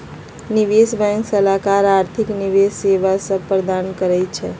निवेश बैंक सलाहकार आर्थिक निवेश सेवा सभ प्रदान करइ छै